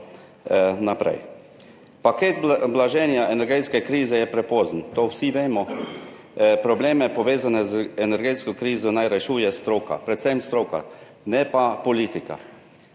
Paket blaženja energetske krize je prepozen. To vsi vemo. Probleme, povezane z energetsko krizo, naj rešuje stroka, predvsem stroka, ne pa politika.